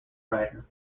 writer